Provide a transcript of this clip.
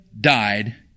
died